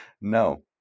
No